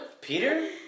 Peter